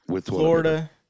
Florida